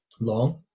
long